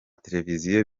televiziyo